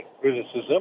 criticism